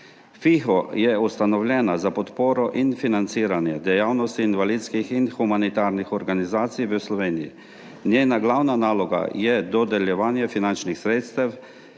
FIHO je ustanovljena za podporo in financiranje dejavnosti invalidskih in humanitarnih organizacij v Sloveniji. Njena glavna naloga je dodeljevanje finančnih sredstev